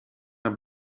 naar